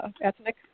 ethnic